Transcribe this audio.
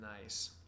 nice